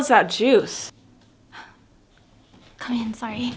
is that juice kind sorry